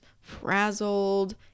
frazzled